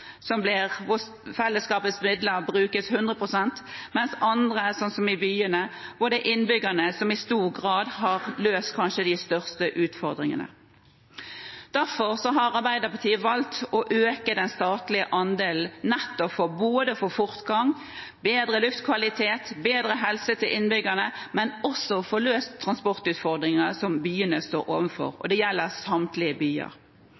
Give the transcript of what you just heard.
fellesskapets midler 100 pst., mens for andre, sånn som i byene, er det innbyggerne som i stor grad kanskje har løst de største utfordringene. Derfor har Arbeiderpartiet valgt å øke den statlige andelen, nettopp for å få både fortgang, bedre luftkvalitet og bedre helse til innbyggerne, og også for å få løst transportutfordringene som byene står overfor. Det gjelder samtlige byer.